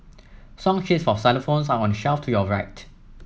song sheets for xylophones are on the shelf to your right